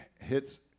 hits